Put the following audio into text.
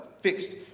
fixed